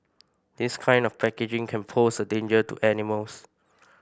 this kind of packaging can pose a danger to animals